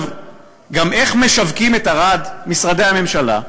גם איך משווקים את ערד, משרדי הממשלה?